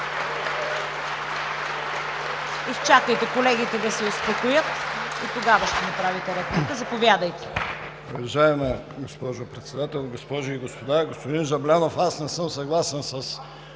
Изчакайте колегите да се успокоят и тогава ще направите реплика. Заповядайте.